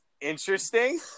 interesting